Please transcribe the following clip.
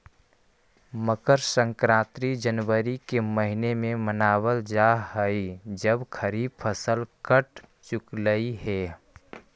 मकर संक्रांति जनवरी के महीने में मनावल जा हई जब खरीफ फसल कट चुकलई हे